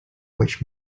which